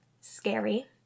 scary